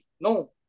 No